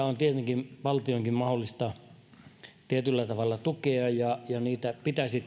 on tietenkin valtionkin mahdollista tietyllä tavalla tukea ja ja niitä pitäisi